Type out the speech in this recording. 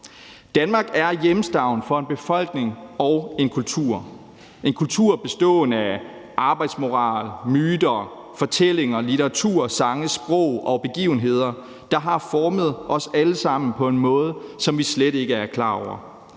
Danmark er hjemstavn for en befolkning og en kultur. Det er en kultur bestående af arbejdsmoral, myter, fortællinger, litteratur, sange, sprog og begivenheder, der har formet os alle sammen på en måde, som vi slet ikke er klar over.